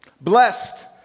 Blessed